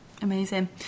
amazing